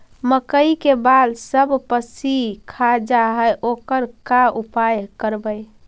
मकइ के बाल सब पशी खा जा है ओकर का उपाय करबै?